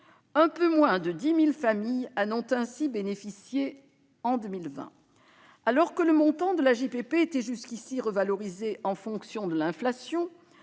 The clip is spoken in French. Un peu moins de 10 000 familles en ont ainsi bénéficié en 2020. Alors que le montant de l'AJPP était jusqu'ici revalorisé en fonction de l'inflation,